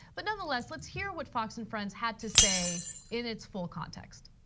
but nonetheless, let's hear what fox and friends had to say in its full context.